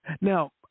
Now